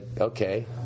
okay